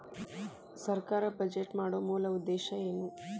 ಸರ್ಕಾರ್ ಬಜೆಟ್ ಮಾಡೊ ಮೂಲ ಉದ್ದೇಶ್ ಏನು?